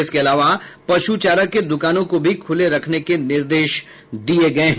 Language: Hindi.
इसके अलावा पशु चारा के दुकानों को भी खुले रखने के निर्देश दिये गये हैं